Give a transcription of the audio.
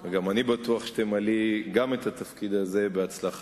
וגם אני בטוח שתמלאי גם את התפקיד הזה בהצלחה,